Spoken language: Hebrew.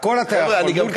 הכול אתה יכול, מולטי-סיסטם.